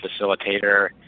facilitator